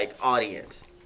audience